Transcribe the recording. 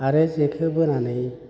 आरो जेखौ बोनानै